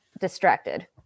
distracted